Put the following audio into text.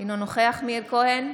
אינו נוכח מאיר כהן,